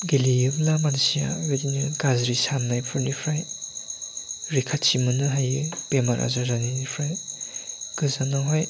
गेलेयोब्ला मानसिया बेबायदिनो गाज्रि साननायफोरनिफ्राय रैखाथि मोननो हायो बेमार आजार आरिनिफ्राय गोजानावहाय